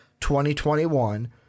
2021